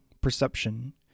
perception